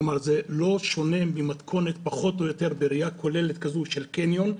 כלומר זה לא שונה ממתכונת פחות או יותר בראייה כוללת כזו של קניון,